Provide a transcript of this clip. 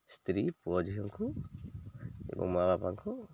ସ୍ତ୍ରୀ ପୁଅ ଝିଅଙ୍କୁ ଏବଂ ମା' ବାପାଙ୍କୁ